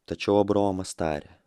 tačiau abraomas tarė